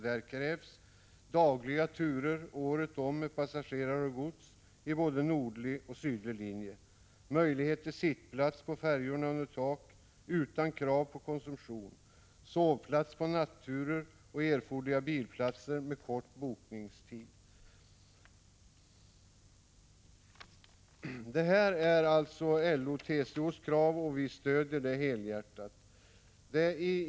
Där krävs: Detta är alltså LO/TCO:s krav, och vi stöder det helhjärtat.